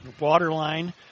Waterline